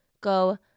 go